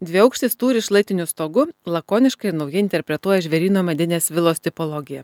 dviaukštis tūris šlaitiniu stogu lakoniškai naujai interpretuoja žvėryno medinės vilos tipologiją